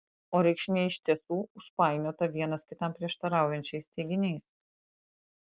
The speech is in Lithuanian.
o reikšmė iš tiesų užpainiota vienas kitam prieštaraujančiais teiginiais